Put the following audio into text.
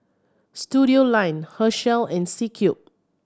Studioline Herschel and C Cube